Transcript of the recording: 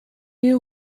you